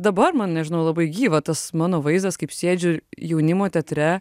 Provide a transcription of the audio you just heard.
dabar man nežinau labai gyva tas mano vaizdas kaip sėdžiu jaunimo teatre